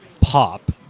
Pop